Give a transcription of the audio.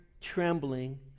trembling